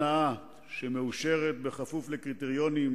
מאפשר לאסירים ביטחוניים ללמוד לימודים